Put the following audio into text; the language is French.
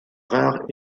rare